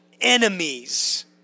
enemies